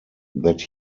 that